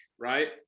right